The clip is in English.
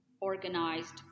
organized